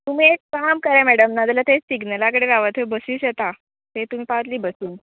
तुमी एक काम करा मॅडम नाजाल्या तें सिग्नला कडेन राव थंय बसीस येता थंय तुमी पावली बसीन